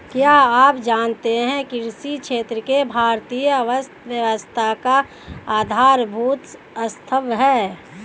क्या आप जानते है कृषि क्षेत्र भारतीय अर्थव्यवस्था का आधारभूत स्तंभ है?